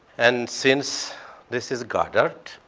and since this is goddard,